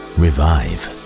revive